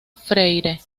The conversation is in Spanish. freire